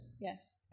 Yes